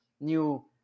new